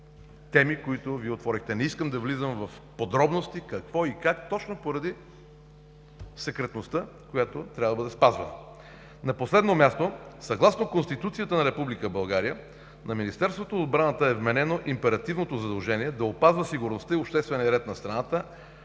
теми, които Вие отворихте. Не искам да влизам в подробности какво и как точно поради секретността, която трябва да бъде спазвана. На последно място, съгласно Конституцията на Република България, на Министерството на отбраната е вменено императивното задължение да опазва сигурността и обществения ред на страната,